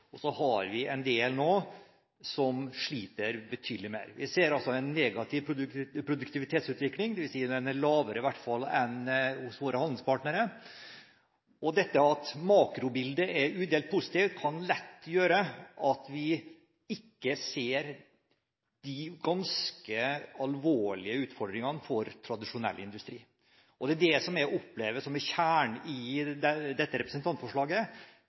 parti. Så er det et poeng, som også har vært nevnt i debatten, som gjelder todelingen i næringslivet, at noen deler av næringslivet går fantastisk godt, mens andre sliter betydelig. Vi ser en negativ produktivitetsutvikling, dvs. at den er lavere enn hos våre handelspartnere. Det at makrobildet er udelt positivt, kan lett gjøre at vi ikke ser de ganske alvorlige utfordringene for tradisjonell industri. Det er det jeg opplever er kjernen i dette representantforslaget: